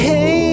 Hey